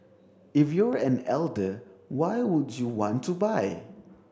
if you're an older why would you want to buy